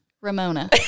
Ramona